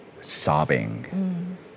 sobbing